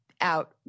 out